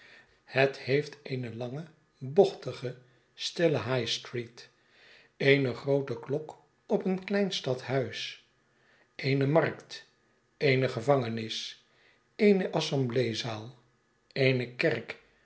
het heeft eene lange bochtige stille high-street eene groote klok op een klein sladhuis eene markt eene gevangenis eene assemblee zaal eene kerk